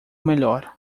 melhor